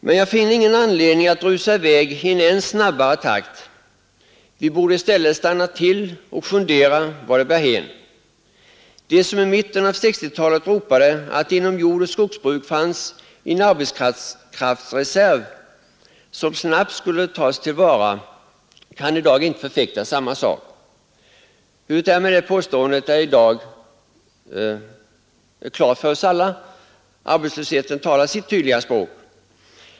Men jag finner ingen anledning att rusa i väg i en än snabbare takt. Vi borde i stället stanna till och fundera vart det bär hän. De som i mitten av 1960-talet ropade att inom jordoch skogsbruk fanns en arbetskraftsreserv, som snabbt skulle tas till vara, kan i dag inte förfäkta samma sak. Hur det är med det påståendet i dag är väl klart för oss alla. Arbetslösheten talar sitt tydliga språk.